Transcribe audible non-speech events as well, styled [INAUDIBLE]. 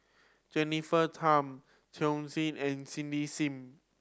Jennifer Tham [UNINTELLIGIBLE] and Cindy Sim